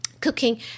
cooking